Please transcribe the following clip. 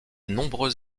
nombreux